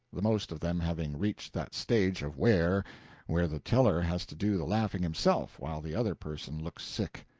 the most of them having reached that stage of wear where the teller has to do the laughing himself while the other person looks sick.